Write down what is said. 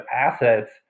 assets